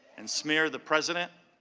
and smear the president.